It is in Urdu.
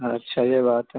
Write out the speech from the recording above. اچھا یہ بات ہے